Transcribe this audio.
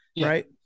Right